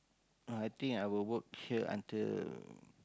no I think I will work here until